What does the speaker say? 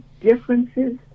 differences